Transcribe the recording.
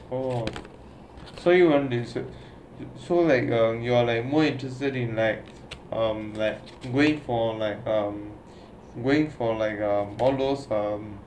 oh so you like so like ah you are more interested in like um left going for like um going for like uh all those um